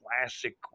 classic